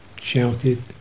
shouted